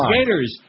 Gators